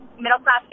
middle-class